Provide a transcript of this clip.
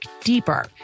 deeper